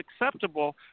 acceptable